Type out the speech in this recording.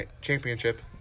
championship